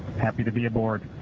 happy to be aboard.